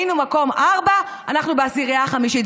היינו מקום רביעי, אנחנו בעשירייה החמישית.